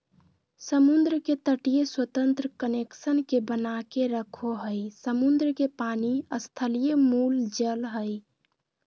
समुद्र के तटीय स्वतंत्र कनेक्शन के बनाके रखो हइ, समुद्र के पानी स्थलीय मूल जल हइ